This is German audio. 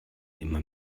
immer